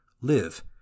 live